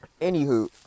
Anywho